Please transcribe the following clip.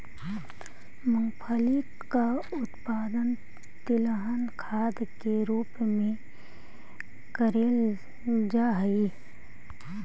मूंगफली का उत्पादन तिलहन खाद के रूप में करेल जा हई